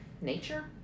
nature